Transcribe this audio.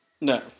No